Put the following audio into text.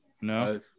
No